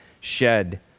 shed